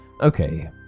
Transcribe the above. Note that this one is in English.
Okay